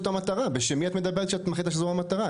בשם מי את מדברת שאת מחליטה שזו המטרה?